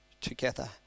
together